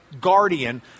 guardian